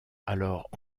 alors